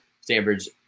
Stanford's